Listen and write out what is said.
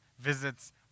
visits